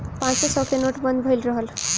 पांचो सौ के नोट बंद भएल रहल